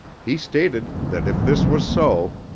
he stated that if this was so,